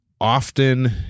often